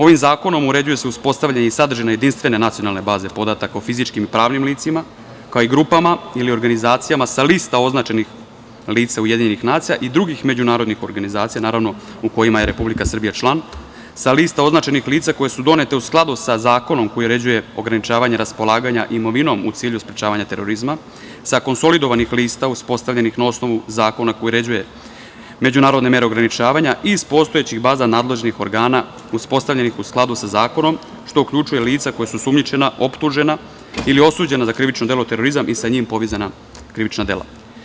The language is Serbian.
Ovim zakonom uređuje se i uspostavljanje i sadržine jedinstvene nacionalne baze podataka o fizičkim i pravnim licima, kao i grupama i organizacijama sa lista označenih lica UN i drugih međunarodnih organizacija, naravno u kojima je Republika Srbija član, sa lista označenih lica koja su doneta u skladu sa zakonom koje uređuje ograničavanje raspolaganje imovinom, u cilju sprečavanja terorizma, i sa konsolidovanih lista, na osnovu zakona koji uređuje međunarodne mere ograničavanja iz postojeće baze nadležnih organa, u skladu sa zakonom, što uključuje lica koja su osumnjičena, optužena ili osuđena za delo terorizam, i sa njim povezana krivična dela.